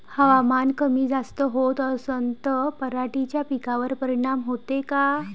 हवामान कमी जास्त होत असन त पराटीच्या पिकावर परिनाम होते का?